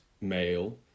male